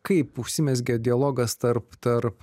kaip užsimezgė dialogas tarp tarp